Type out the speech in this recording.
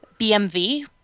BMV